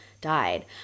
died